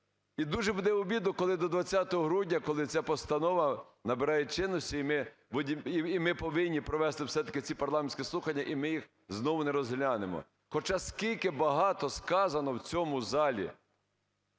І дуже буде обідно, коли до 20 грудня, коли ця постанова набирає чинності, і ми повинні провести все-таки ці парламентські слухання, і ми їх знову не розглянемо, хоча скільки багато сказано в цьому залі.